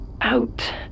out